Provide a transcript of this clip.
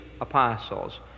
apostles